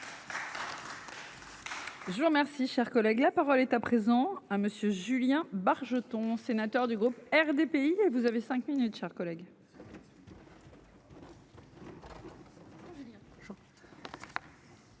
Je vous remercie, cher collègue, la parole est à présent hein monsieur Julien Bargeton, sénateur du groupe RDPI et vous avez 5 minutes, chers collègues. Madame